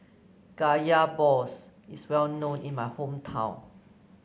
Kaya Balls is well known in my hometown